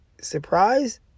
surprise